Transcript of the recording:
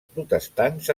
protestants